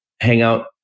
hangout